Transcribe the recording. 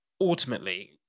ultimately